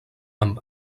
amb